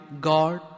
God